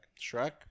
Shrek